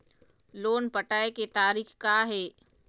Loan पटाए के तारीख़ का हे?